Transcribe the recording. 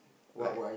like